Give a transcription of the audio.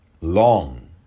long